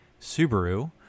Subaru